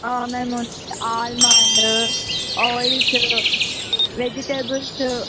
ma'am almond oils vegetables